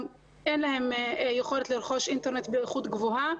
גם אין להם יכולת לרכוש אינטרנט באיכות גבוהה.